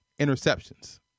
interceptions